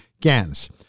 Gans